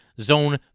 zone